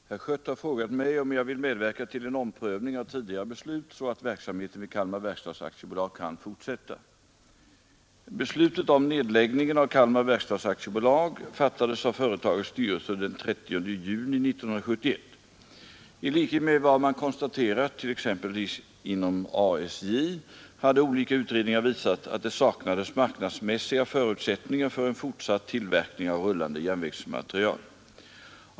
Herr talman! Herr Schött har frågat mig om jag vill medverka till en omprövning av tidigare beslut så att verksamheten vid Kalmar verkstads AB kan fortsätta. Beslutet om nedläggningen av Kalmar verkstads AB fattades av företagets styrelse den 30 juni 1971. I likhet med vad man konstaterat t.ex. inom ASJ hade olika utredningar visat att det saknades marknadsmässiga förutsättningar för en fortsatt tillverkning av rullande järnvägsmateriel.